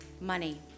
money